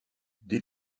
dès